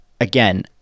again